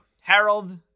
Harold